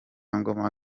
ngoma